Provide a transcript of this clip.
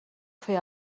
fer